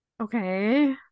Okay